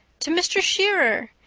to mr. shearer!